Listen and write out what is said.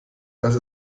dass